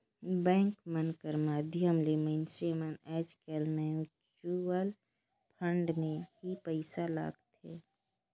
bank मन कर माध्यम ले मइनसे मन आएज काएल म्युचुवल फंड में ही पइसा लगाथें